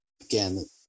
Again